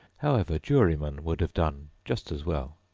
however, jury-men would have done just as well.